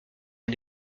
est